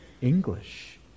English